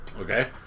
okay